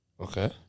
Okay